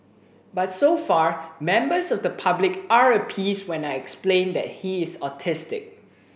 but so far members of the public are appeased when I explain that he's autistic